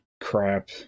crap